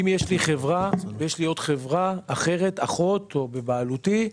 אם יש לי חברה ויש לי עוד חברה אחרת אחות או בבעלותי,